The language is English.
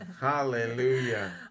hallelujah